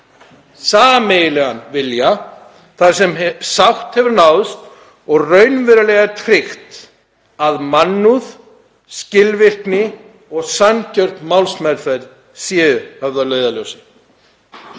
sameiginlegan vilja, þar sem sátt hefur náðst og raunverulega tryggt að mannúð, skilvirkni og sanngjörn málsmeðferð séu höfð að leiðarljósi.